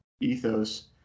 ethos